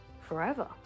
forever